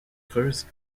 creuses